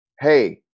Hey